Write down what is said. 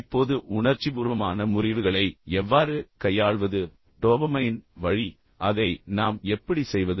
இப்போது உணர்ச்சிபூர்வமான முறிவுகளை எவ்வாறு கையாள்வது டோபமைன் வழி அதை நாம் எப்படி செய்வது